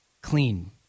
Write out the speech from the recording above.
clean